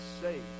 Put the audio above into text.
safe